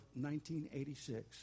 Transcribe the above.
1986